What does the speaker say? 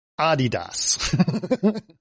Adidas